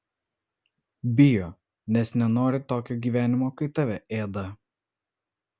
bijo nes nenori tokio gyvenimo kai tave ėda